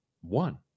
one